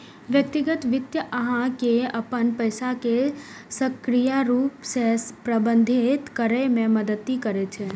व्यक्तिगत वित्त अहां के अपन पैसा कें सक्रिय रूप सं प्रबंधित करै मे मदति करै छै